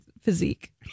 physique